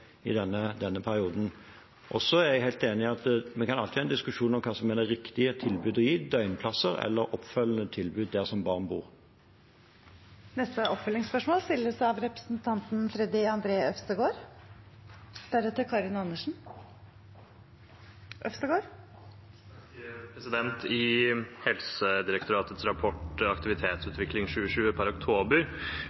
i denne perioden. Så kan vi alltid ha en diskusjon om hva som er det riktige tilbudet å gi – døgnplasser eller oppfølgende tilbud der barn bor. Det åpnes for oppfølgingsspørsmål – først Freddy André Øvstegård. I Helsedirektoratets rapport «Aktivitetsutvikling 2020 per oktober» kommer det fram at flere barn og unge har fått psykiske diagnoser hos fastlegen. I